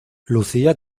lucía